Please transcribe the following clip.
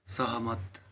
सहमत